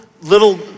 little